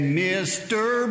mr